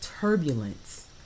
turbulence